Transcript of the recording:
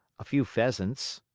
a few pheasants,